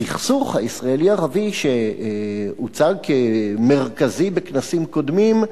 הסכסוך הישראלי ערבי, שהוצג כמרכזי בכנסים קודמים,